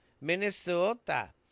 Minnesota